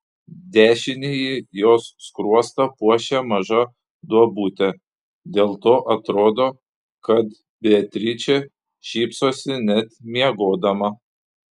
dešinįjį jos skruostą puošia maža duobutė dėl to atrodo kad beatričė šypsosi net miegodama